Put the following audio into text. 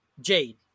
Jade